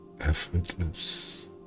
effortless